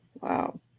wow